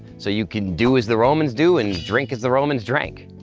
so you can do as the romans do and drink as the romans drank.